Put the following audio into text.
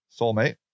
soulmate